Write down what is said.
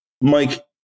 Mike